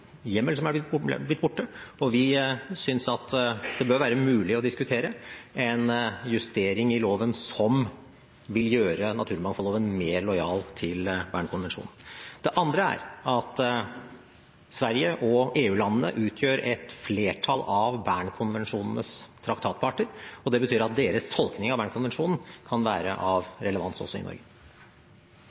hjemmel som er blitt borte, og vi synes det bør være mulig å diskutere en justering som vil gjøre naturmangfoldloven mer lojal overfor Bern-konvensjonen. Det andre er at Sverige og EU-landene utgjør et flertall av Bern-konvensjonens traktatparter, og det betyr at deres tolkning av Bern-konvensjonen kan være av relevans også i Norge.